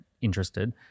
interested